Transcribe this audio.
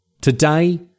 Today